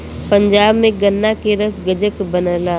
पंजाब में गन्ना के रस गजक बनला